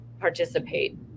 participate